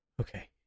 Okay